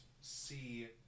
see